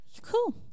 Cool